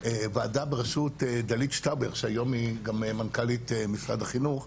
ועדה בראשות דלית שטאובר שהיום היא גם מנכ"לית משרד החינוך,